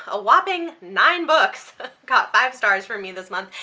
a whopping nine books got five stars from me this month,